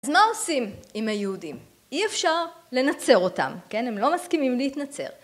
אז מה עושים עם היהודים? אי אפשר לנצר אותם, כן? הם לא מסכימים להתנצר.